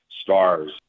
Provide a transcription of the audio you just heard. stars